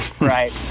Right